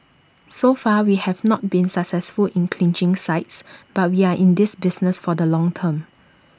so far we have not been successful in clinching sites but we are in this business for the long term